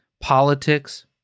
politics